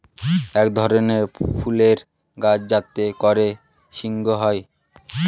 এক ধরনের ফুলের গাছ যাতে করে হিং হয়